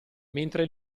mentre